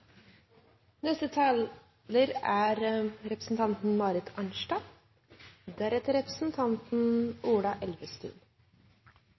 Neste taler er representanten